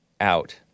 out